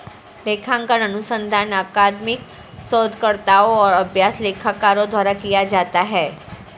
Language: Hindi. लेखांकन अनुसंधान अकादमिक शोधकर्ताओं और अभ्यास लेखाकारों द्वारा किया जाता है